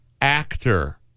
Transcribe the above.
actor